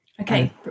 okay